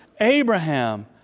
Abraham